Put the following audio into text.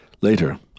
Later